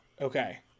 Okay